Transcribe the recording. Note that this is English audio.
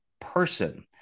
person